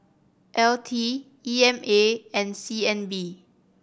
L T E M A and C N B